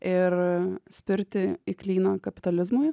ir spirti į klyną kapitalizmui